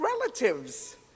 relatives